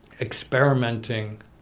experimenting